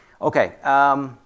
Okay